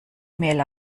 mail